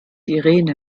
irene